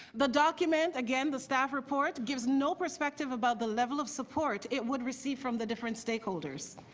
the document again the staff report gives no perspective about the level of support it would receive from the different stakeholders.